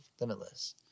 limitless